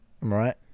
right